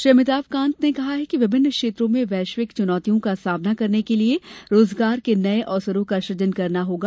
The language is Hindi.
श्री अमिताभ कांत ने कहा कि विभिन्नो क्षेत्रों में वैश्विक चुनौतियों का सामना करने के लिए रोजगार के नये अवसरों का सृजन करना होगा